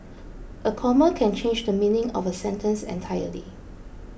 a comma can change the meaning of a sentence entirely